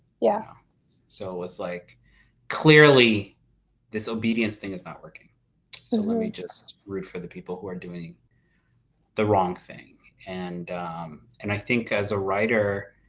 yeah so was like clearly this obedience thing is not working so let me root for the people who are doing the wrong thing. and and i think as a writer,